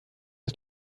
ist